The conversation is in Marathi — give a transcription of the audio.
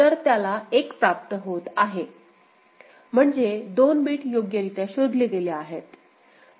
तर त्याला 1 प्राप्त होत आहे म्हणजे 2 बिट योग्यरित्या शोधले गेले आहेत